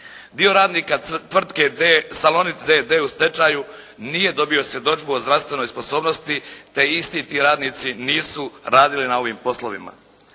Dio radnika tvrtke “Salonit“ d.d. u stečaju nije dobio svjedodžbu o zdravstvenoj sposobnosti, te isti ti radnici nisu radili na ovim poslovima.